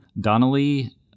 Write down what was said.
Donnelly